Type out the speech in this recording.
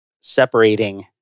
separating